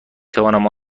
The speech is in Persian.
توانم